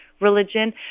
religion